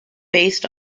based